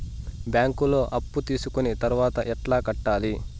బ్యాంకులో అప్పు తీసుకొని తర్వాత ఎట్లా కట్టాలి?